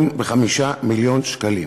185 מיליון שקלים.